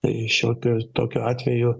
tai šiokiu ir tokiu atveju